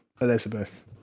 elizabeth